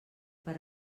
per